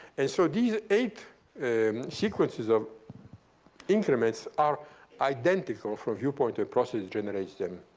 and so these eight sequences or increments are identical from viewpoint process generates them.